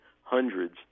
hundreds